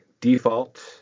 default